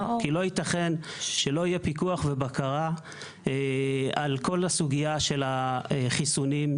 כי לא ייתכן שלא יהיו פיקוח ובקרה על כל הסוגיה של החיסונים,